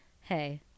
hey